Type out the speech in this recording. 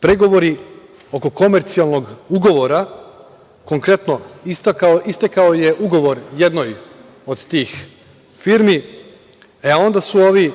pregovori oko komercijalnog ugovora, konkretno istekao je ugovor jednoj od tih firmi, e onda su ovi